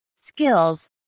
skills